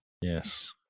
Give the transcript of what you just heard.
yes